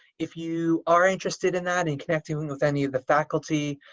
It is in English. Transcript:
if you are interested in that, in connecting with any of the faculty,